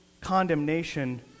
condemnation